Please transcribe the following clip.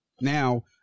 Now